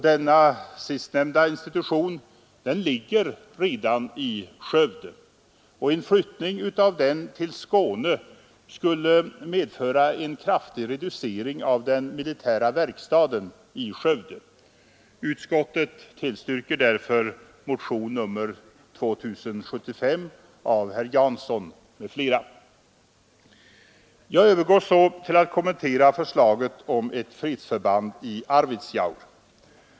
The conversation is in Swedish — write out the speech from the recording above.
Denna sistnämnda institution ligger redan i Skövde. En flyttning till Skåne skulle medföra en kraftig reducering av den militära verkstaden i Skövde. Utskottet tillstyrker därför motionen 2075 av herr Jansson m.fl. Jag övergår till att kommentera förslaget om ett fredsförband i Arvidsjaur.